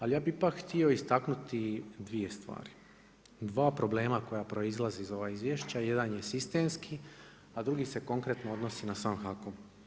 Ali ja bih ipak htio istaknuti dvije stvari, dva problema koja proizlaze iz ovog izvješća, jedan je sistemski, a drugi se konkretno odnosi na sam HAKOM.